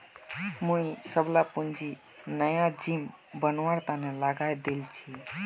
मुई सबला पूंजी नया जिम बनवार तने लगइ दील छि